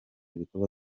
ibikorwa